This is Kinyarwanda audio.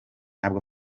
ntabwo